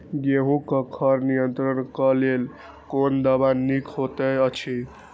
गेहूँ क खर नियंत्रण क लेल कोन दवा निक होयत अछि?